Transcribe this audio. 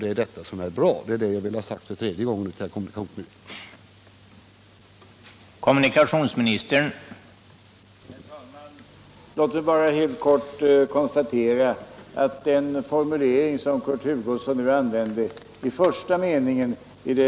Det är detta som är bra — det ville jag ha sagt för tredje gången = territorialvatten nu till kommunikationsministern.